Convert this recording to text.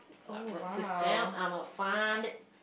I wrote this down imma find it